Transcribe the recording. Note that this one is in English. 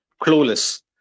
clueless